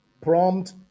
prompt